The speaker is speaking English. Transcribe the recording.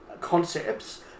concepts